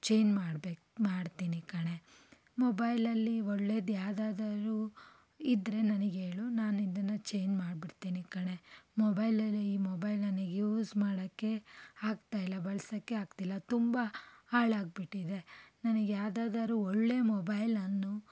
change ಮಾಡ್ಬೇಕು ಮಾಡ್ತೀನಿ ಕಣೆ ಮೊಬೈಲಲ್ಲಿ ಒಳ್ಳೆಯದು ಯಾವ್ದಾದರೂ ಇದ್ದರೆ ನನಗೆ ಹೇಳು ನಾನು ಇದನ್ನು ಚೇಂಜ್ ಮಾಡ್ಬಿಡ್ತೀನಿ ಕಣೆ ಮೊಬೈಲಲ್ಲಿ ಈ ಮೊಬೈಲ್ ನನಗೆ ಯೂಸ್ ಮಾಡೋಕ್ಕೆ ಆಗ್ತಾ ಇಲ್ಲ ಬಳಸೋಕ್ಕೆ ಆಗ್ತಿಲ್ಲ ತುಂಬ ಹಾಳಾಗ್ಬಿಟ್ಟಿದೆ ನನಗೆ ಯಾವ್ದಾದರೂ ಒಳ್ಳೆಯ ಮೊಬೈಲನ್ನು